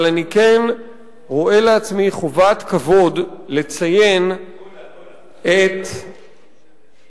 אבל אני כן רואה לעצמי חובת כבוד לציין את היועצים